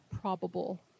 probable